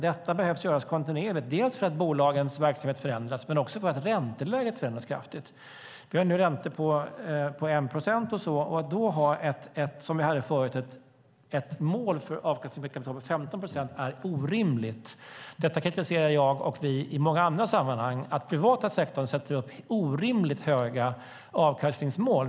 Det behöver göras kontinuerligt dels för att bolagens verksamhet förändras, dels för att ränteläget förändras kraftigt. Vi har nu räntor på 1 procent. Att då som tidigare ha ett mål för avkastningen av kapital på 15 procent är orimligt. Detta kritiserar jag och vi i många sammanhang, alltså att den privata sektorn sätter upp orimligt höga avkastningsmål.